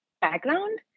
background